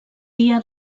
dia